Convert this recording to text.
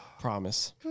Promise